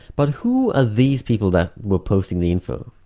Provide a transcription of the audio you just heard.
but who are these people that were posting the info?